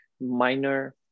minor